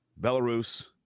belarus